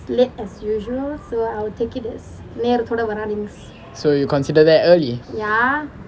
so you consider that early